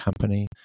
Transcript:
company